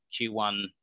Q1